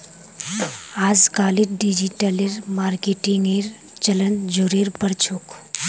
अजकालित डिजिटल मार्केटिंगेर चलन ज़ोरेर पर छोक